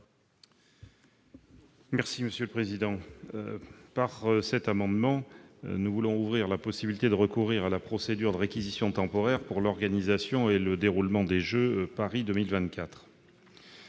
est à M. le ministre. Par cet amendement, nous voulons ouvrir la possibilité de recourir à la procédure de réquisition temporaire pour l'organisation et le déroulement des jeux de Paris de 2024.